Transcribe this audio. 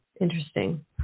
Interesting